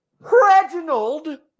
Reginald